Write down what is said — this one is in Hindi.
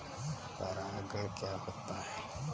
परागण क्या होता है?